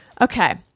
Okay